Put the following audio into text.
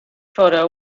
photo